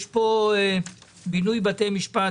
יש פה בינוי בתי משפט,